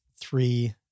three